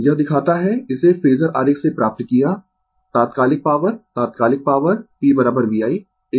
यह दिखाता है इसे फेजर आरेख से प्राप्त किया तात्कालिक पॉवर तात्कालिक पॉवर p v i